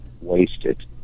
wasted